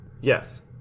Yes